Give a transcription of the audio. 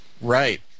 right